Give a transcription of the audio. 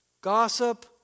gossip